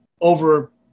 over